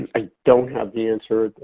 i don't have the answer,